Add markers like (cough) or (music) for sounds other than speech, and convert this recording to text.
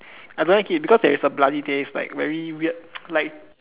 I don't like it because there is a bloody taste like very weird (noise) like